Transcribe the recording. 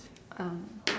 um